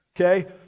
Okay